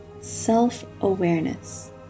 self-awareness